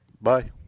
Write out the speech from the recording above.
Bye